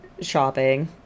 shopping